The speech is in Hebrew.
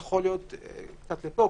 קצת לפה,